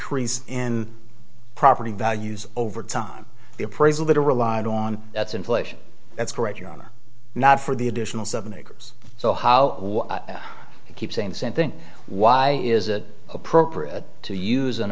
crease in property values over time the appraisal that are relied on that's inflation that's correct your honor not for the additional seven acres so how you keep saying the same thing why is it appropriate to use an